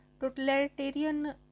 Totalitarian